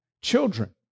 children